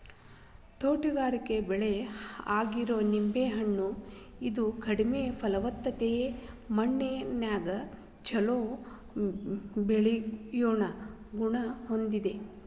ತೋಟಗಾರಿಕೆ ಬೆಳೆ ಆಗಿರೋ ಲಿಂಬೆ ಹಣ್ಣ, ಇದು ಕಡಿಮೆ ಫಲವತ್ತತೆಯ ಮಣ್ಣಿನ್ಯಾಗು ಚೊಲೋ ಬೆಳಿಯೋ ಗುಣ ಹೊಂದೇತಿ